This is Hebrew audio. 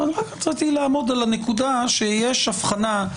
ורציתי לעמוד על הנקודה שיש הבחנה...